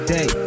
Day